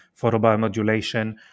photobiomodulation